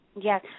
Yes